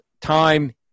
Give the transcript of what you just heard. time